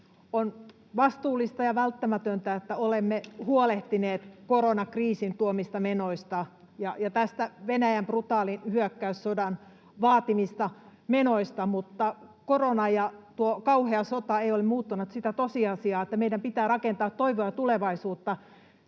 On vastuullista ja välttämätöntä, että olemme huolehtineet koronakriisin tuomista menoista ja tästä Venäjän brutaalin hyökkäyssodan vaatimista menoista, mutta korona ja tuo kauhea sota eivät ole muuttaneet sitä tosiasiaa, että meidän pitää rakentaa toivoa ja tulevaisuutta.